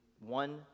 one